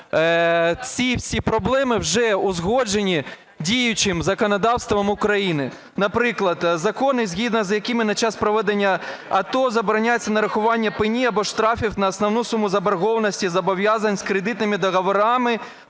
ці всі проблеми вже узгоджені діючим законодавством України. Наприклад, закони, згідно з якими на час проведення АТО забороняється нарахування пені або штрафів на основну суму заборгованості зобов'язань з кредитними договорами